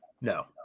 No